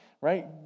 Right